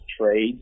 trade